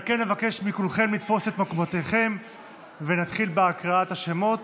על כן אבקש מכולכם לתפוס את מקומותיכם ונתחיל בהקראת השמות.